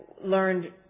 learned